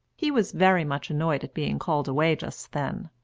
he was very much annoyed at being called away just then,